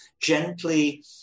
gently